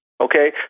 okay